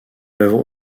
l’œuvre